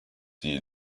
die